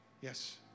yes